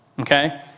Okay